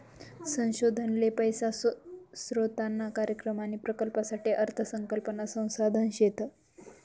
संशोधन ले पैसा स्रोतना कार्यक्रम आणि प्रकल्पसाठे अर्थ संकल्पना संसाधन शेत